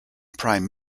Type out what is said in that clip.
prime